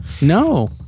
no